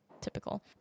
typical